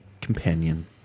companion